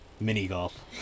mini-golf